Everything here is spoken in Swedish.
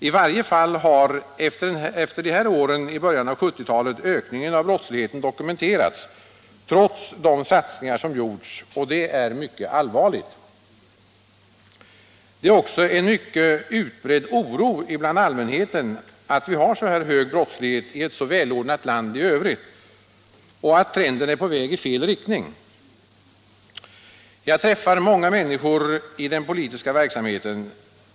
I varje fall har efter de här åren i början av 1970-talet ökningen av brottsligheten dokumenterats, trots de satsningar som gjorts, och det är högst allvarligt. Det är också en mycket utbredd oro bland allmänheten över att vi har denna höga brottslighet i ett så välordnat land i övrigt och att trenden är på väg i fel riktning. Jag träffar många människor i den politiska verksamheten.